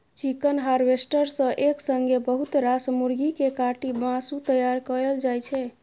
chicken harvester सँ एक संगे बहुत रास मुरगी केँ काटि मासु तैयार कएल जाइ छै